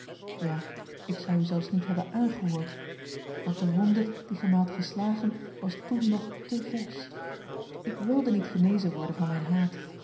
ja ik zou u zelfs niet hebben aangehoord want de wonde die gij mij hadt geslagen was toen nog te versch ik wilde niet genezen worden van mijn haat